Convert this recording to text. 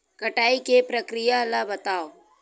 कटाई के प्रक्रिया ला बतावव?